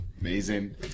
Amazing